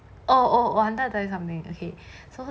oh oh I wanted to tell you something okay so